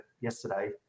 yesterday